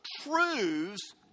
truths